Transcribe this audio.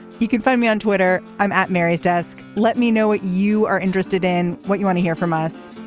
you can find me on twitter. i'm at mary's desk. let me know what you are interested in, what you want to hear from us.